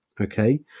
okay